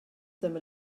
them